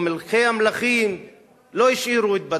או "מלכי המלכים"; לא השאירו התבטאות.